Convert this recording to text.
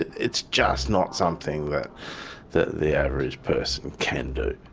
it's just not something that the the average person can do,